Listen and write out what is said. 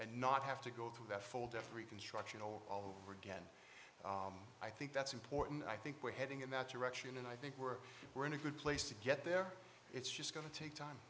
and not have to go through that folder of reconstruction or all over again i think that's important i think we're heading in that direction and i think we're we're in a good place to get there it's just going to take time